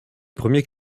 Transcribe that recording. premiers